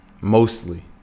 Mostly